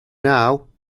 now